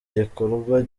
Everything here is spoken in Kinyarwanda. gikorwa